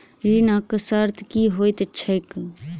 ऋणक शर्त की होइत छैक?